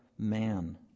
Man